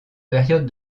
période